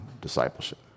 discipleship